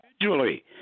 individually